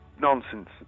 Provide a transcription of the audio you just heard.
nonsense